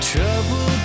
Trouble